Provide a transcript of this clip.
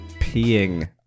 peeing